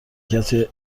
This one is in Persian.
کسی